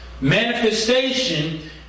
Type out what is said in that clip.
Manifestation